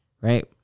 right